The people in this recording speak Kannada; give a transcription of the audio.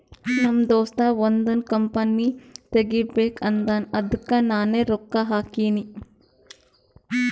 ನಮ್ ದೋಸ್ತ ಒಂದ್ ಕಂಪನಿ ತೆಗಿಬೇಕ್ ಅಂದಾನ್ ಅದ್ದುಕ್ ನಾನೇ ರೊಕ್ಕಾ ಹಾಕಿನಿ